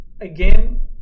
again